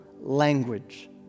language